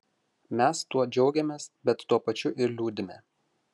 mes tuo džiaugiamės bet tuo pačiu ir liūdime